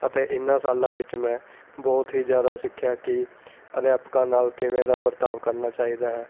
ਅਤੇ ਇਹਨਾਂ ਸਾਲਾਂ ਵਿੱਚ ਮੈਂ ਬਹੁਤ ਹੀ ਜ਼ਿਆਦਾ ਸਿੱਖਿਆ ਕਿ ਅਧਿਆਪਕਾਂ ਨਾਲ ਕਿਵੇਂ ਦਾ ਵਰਤਾਉ ਕਰਨਾ ਚਾਹੀਦਾ ਹੈ